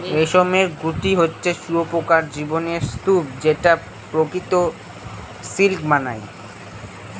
রেশমের গুটি হচ্ছে শুঁয়োপকার জীবনের স্তুপ যে প্রকৃত সিল্ক বানায়